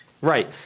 Right